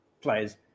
players